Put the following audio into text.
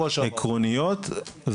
בעיות עקרוניות.